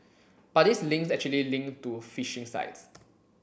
but these links actually link to phishing sites